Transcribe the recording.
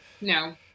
No